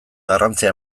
garrantzia